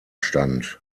stand